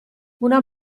una